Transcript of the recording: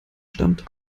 stammt